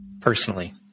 Personally